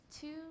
two